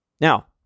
Now